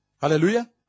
Hallelujah